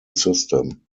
system